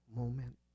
moment